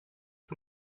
und